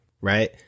Right